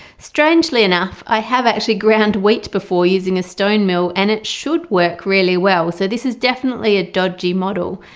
strangely enough i have actually ground wheat before using a stone mill and it should work really well so this is definitely a dodgy model.